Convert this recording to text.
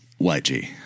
YG